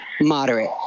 moderate